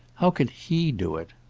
how can he do it?